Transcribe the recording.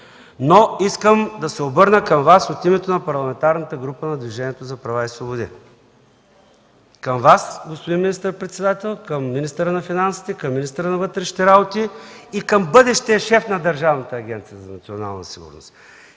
Искам да се обърна към Вас от името на Парламентарната група на Движението за права и свободи – към Вас, господин министър-председател, към министъра на финансите, към министъра на вътрешните работи и към бъдещия шеф на Държавна агенция „Национална сигурност”: